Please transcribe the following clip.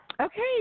Okay